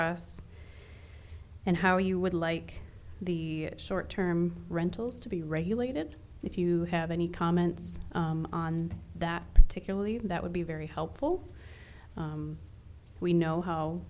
us and how you would like the short term rentals to be regulated if you have any comments on that particularly that would be very helpful we know how